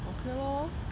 okay lor